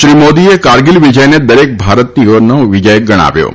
શ્રી મોદીએ કારગીલ વિજયને દરેક ભારતીયોનો વિજય ગણાવ્યો હતો